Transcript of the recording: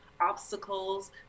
obstacles